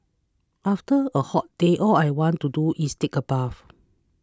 after a hot day all I want to do is take a bath